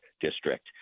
District